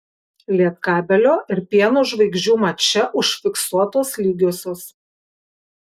lietkabelio ir pieno žvaigždžių mače užfiksuotos lygiosios